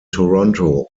toronto